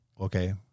Okay